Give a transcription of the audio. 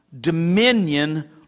dominion